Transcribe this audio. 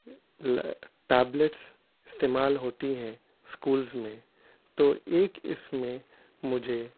tablets استعمال ہوتی ہیں اسکولز میں تو ایک اس میں مجھے